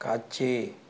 காட்சி